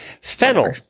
Fennel